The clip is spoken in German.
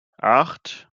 acht